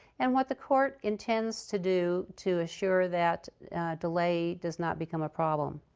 and what the court intends to do to assure that delay does not become a problem.